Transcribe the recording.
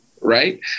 Right